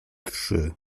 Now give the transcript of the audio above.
trzy